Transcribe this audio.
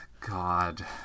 God